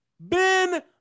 Ben